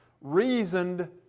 reasoned